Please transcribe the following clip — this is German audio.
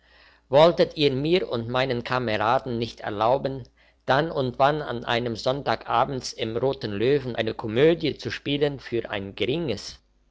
wolltet ihr mir und meinen kameraden nicht erlauben dann und wann an einem sonntag abends im roten löwen eine komödie zu spielen für ein geringes